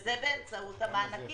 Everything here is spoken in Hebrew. זה באמצעות המענקים.